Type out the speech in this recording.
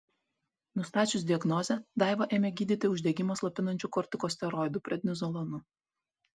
nustačius diagnozę daivą ėmė gydyti uždegimą slopinančiu kortikosteroidu prednizolonu